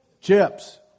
Chips